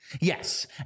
Yes